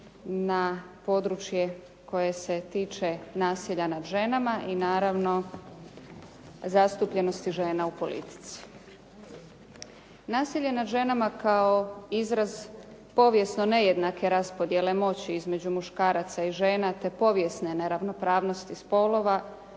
na područje koje se tiče nasilja nad ženama i naravno zastupljenosti žena u politici. Nasilje nad ženama kao izraz povijesno nejednake raspodjele moći između muškaraca i žena te povijesne neravnopravnosti spolova